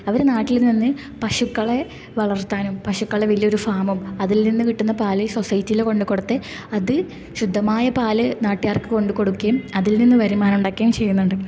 അവർ നാട്ടിൽ നിന്ന് പശുക്കളെ വളർത്താനും പശുക്കളെ വലിയൊരു ഫാമും അതിൽ നിന്ന് കിട്ടുന്ന പാൽ സൊസൈറ്റിൽ കൊണ്ട് കൊടുത്ത് അത് ശുദ്ധമായ പാൽ നാട്ട്ക്കാർക്ക് കൊണ്ട് കൊട്ക്കേം അതിൽ നിന്ന് വരുമാനം ഉണ്ടാക്കേം ചെയ്യുന്നുണ്ട്